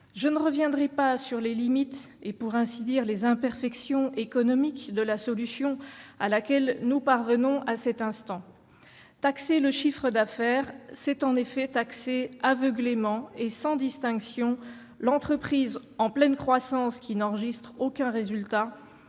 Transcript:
Je ne reviendrai pas sur les limites, pour ne pas dire les imperfections économiques de la solution à laquelle nous parvenons à cet instant. Taxer le chiffre d'affaires, c'est en effet taxer aveuglément et sans distinction l'entreprise en pleine croissance qui n'enregistre aucun résultat